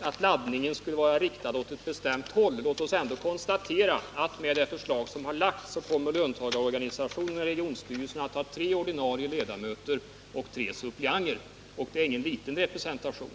att laddningen skulle vara riktad åt ett bestämt håll. Låt oss konstatera att enligt det förslag som lagts fram kommer löntagarorganisationerna att i regionstyrelserna ha tre ordinarie ledamöter och tre suppleanter. Det är ingen liten representation.